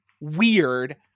weird